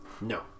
no